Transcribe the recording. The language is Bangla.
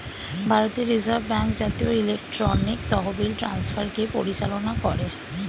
ভারতের রিজার্ভ ব্যাঙ্ক জাতীয় ইলেকট্রনিক তহবিল ট্রান্সফারকে পরিচালনা করে